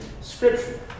Scripture